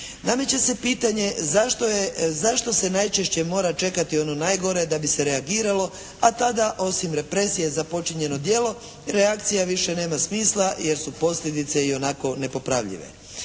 Nameće se pitanje zašto se najčešće mora čekati ono najgore da bi se reagiralo, a tada osim represije za počinjeno djelo reakcija više nema smisla jer su posljedice ionako nepopravljive.